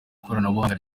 ikoranabuhanga